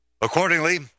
Accordingly